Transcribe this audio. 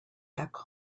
back